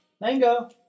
Mango